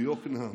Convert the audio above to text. ביקנעם,